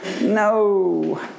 No